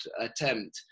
attempt